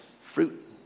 fruit